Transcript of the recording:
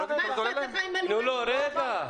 הם לא יודעים כמה זה עולה להם?